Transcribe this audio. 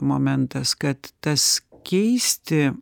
momentas kad tas keisti